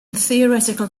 theoretical